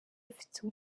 ifite